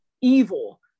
evil